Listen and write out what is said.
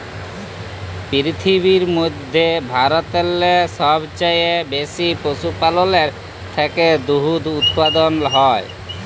পিরথিবীর ম্যধে ভারতেল্লে সবচাঁয়ে বেশি পশুপাললের থ্যাকে দুহুদ উৎপাদল হ্যয়